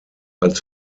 als